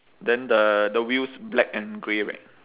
then the the wheels black and grey right